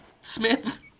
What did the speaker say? Smith